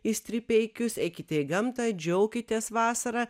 į stripeikius eikite į gamtą džiaukitės vasara